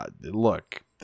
look